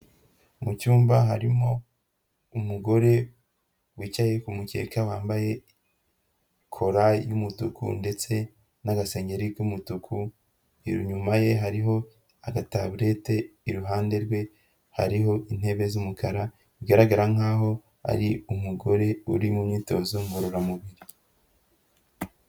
Mu cyumba harimo umugore wicaye ku mukeke wambaye kora y'umutuku, ndetse n'agasengeri k'umutuku, inyuma ye hariho agataburete, iruhande rwe hariho intebe z'umukara, bigaragara nkaho ari umugore uri mu myitozo ngororamubiri.